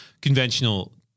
conventional